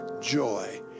joy